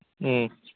ꯎꯝ